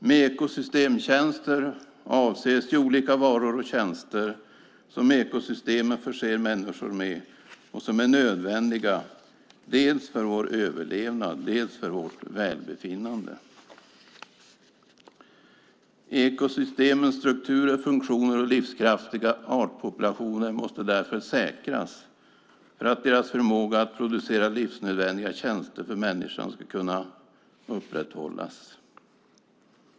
Med ekosystemtjänster avses de olika varor och tjänster som ekosystemen förser människor med och som är nödvändiga dels för vår överlevnad, dels för vårt välbefinnande. Ekosystemens strukturer, funktioner och livskraftiga artpopulationer måste därför säkras för att deras förmåga att producera livsnödvändiga tjänster för människan ska kunna upprätthållas.